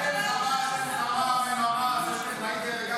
כבר אין חמש, אין חמ"מ אין ממ"ס, יש טכנאי דרג